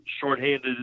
shorthanded